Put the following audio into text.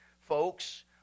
folks